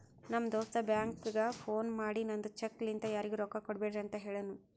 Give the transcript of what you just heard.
ನಮ್ ದೋಸ್ತ ಬ್ಯಾಂಕ್ಗ ಫೋನ್ ಮಾಡಿ ನಂದ್ ಚೆಕ್ ಲಿಂತಾ ಯಾರಿಗೂ ರೊಕ್ಕಾ ಕೊಡ್ಬ್ಯಾಡ್ರಿ ಅಂತ್ ಹೆಳುನೂ